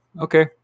okay